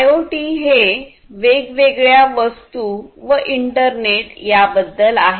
IoT हे वेगवेगळ्या वस्तू व इंटरनेट याबद्दल आहे